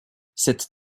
cette